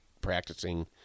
practicing